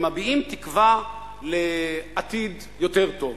שמביעים תקווה לעתיד יותר טוב.